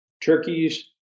Turkey's